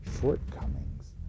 shortcomings